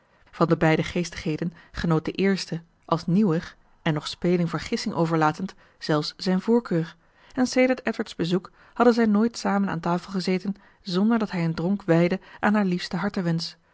van de beide geestigheden genoot de eerste als nieuwer en nog speling voor gissingen overlatend zelfs zijn voorkeur en sedert edward's bezoek hadden zij nooit samen aan tafel gezeten zonder dat hij een dronk wijdde aan haar liefsten